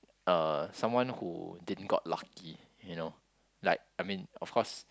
uh someone who didn't got lucky you know like I mean of course